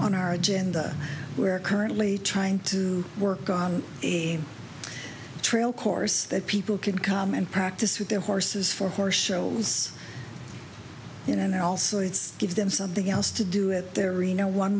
on our agenda we're currently trying to work on the trail course that people can come and practice with their horses for horse shows and also it's give them something else to do with their reno one